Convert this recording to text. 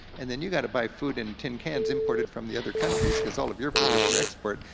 and then you gotta buy food in tin cans imported from the other countries cause all of your food is for export.